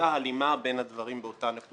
הייתה הלימה בין הדברים באותה נקודת זמן.